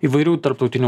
įvairių tarptautinių